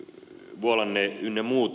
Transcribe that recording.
vuolanne ynnä muuta